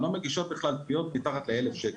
לא מגישות בכלל תביעות מתחת ל-1,000 שקלים.